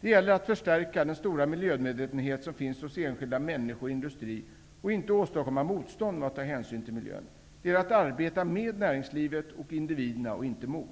Det gäller att förstärka den stora miljömedvetenhet som finns hos enskilda människor och industri och inte åstadkomma motstånd mot att ta hänsyn till miljön. Det gäller att arbeta med näringslivet och individerna och inte mot.